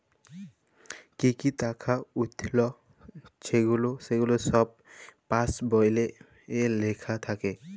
কি কি টাকা উইঠল ছেগুলা ছব পাস্ বইলে লিখ্যা থ্যাকে